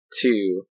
Two